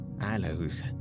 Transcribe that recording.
aloes